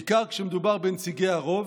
בעיקר כשמדובר בנציגי הרוב,